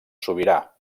sobirà